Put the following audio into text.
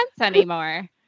anymore